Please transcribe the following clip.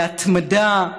להתמדה.